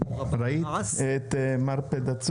אז אביגל הוא יציג את התקנות?